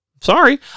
Sorry